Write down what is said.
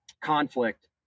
conflict